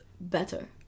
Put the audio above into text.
better